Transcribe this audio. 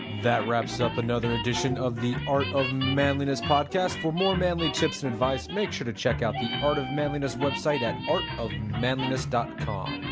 that wraps up another edition of the art of manliness podcast for more manly tips and advice make sure to check out the art of manliness website at artofmanliness dot com,